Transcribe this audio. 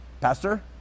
Pastor